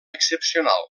excepcional